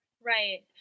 Right